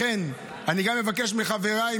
לכן אני מבקש גם מחבריי,